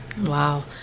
Wow